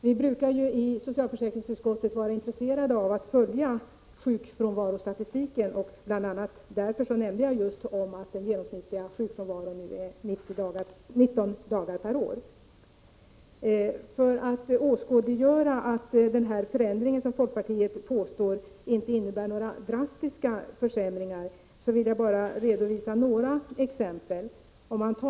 Vi i socialförsäkringsutskottet brukar vara intresserade av att följa sjukfrånvarostatistiken. Det var bl.a. därför som jag nämnde att den genomsnittliga sjukfrånvaron nu omfattar 19 dagar per år. Vii folkpartiet menar ju att en förändring i detta sammanhang inte innebär några drastiska försämringar. Jag vill anföra några exempel för att åskådliggöra detta.